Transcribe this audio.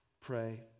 pray